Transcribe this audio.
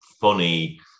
funny